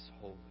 holy